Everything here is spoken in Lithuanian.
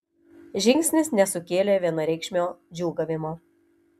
žingsnis nesukėlė vienareikšmio džiūgavimo